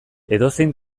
edozein